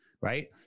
right